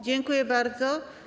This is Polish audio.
Dziękuję bardzo.